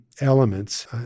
elements